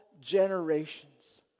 generations